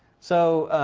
so,